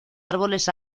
árboles